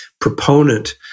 proponent